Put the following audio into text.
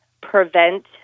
prevent